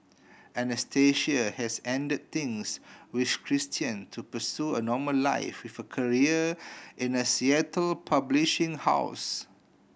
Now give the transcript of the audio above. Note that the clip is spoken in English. Anastasia has end things with Christian to pursue a normal life with a career in a Seattle publishing house